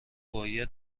فضای